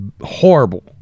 horrible